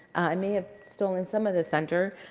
i may have stolen some of the thunder.